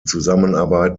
zusammenarbeit